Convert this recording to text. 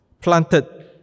planted